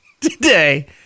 today